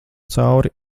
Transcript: cauri